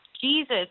Jesus